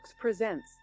presents